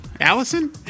Allison